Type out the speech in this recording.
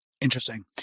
interesting